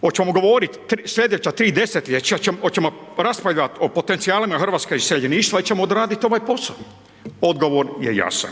Hoćemo govoriti slijedeća tri desetljeća, hoćemo raspravljati o potencijalima hrvatskog iseljeništva ili ćemo odraditi ovaj posao? Odgovor je jasan.